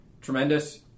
Tremendous